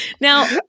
Now